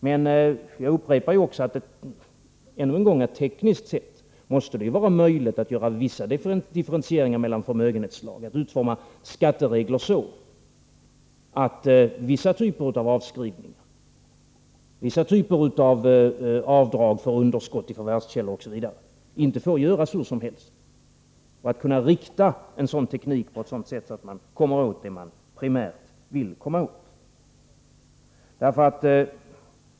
Men jag upprepar att det tekniskt sett måste vara möjligt att göra vissa differentieringar mellan förmögenhetsslag, att utforma skatteregler så att vissa typer av avskrivningar och avdrag för underskott i förvärvskälla osv. inte får göras hur som helst och att kunna rikta en sådan teknik på det sättet att man kommer åt det man primärt vill komma åt.